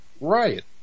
riot